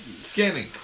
scanning